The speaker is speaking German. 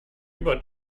über